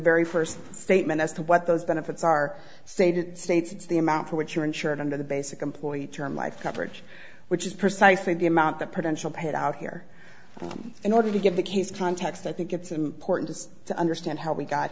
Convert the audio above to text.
very first statement as to what those benefits are stated states the amount for which are insured under the basic employee term life coverage which is precisely the amount of potential paid out here in order to give the case context i think it's important to understand how we got